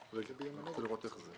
מקריאים הוראת מעבר